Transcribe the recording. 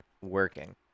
working